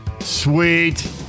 Sweet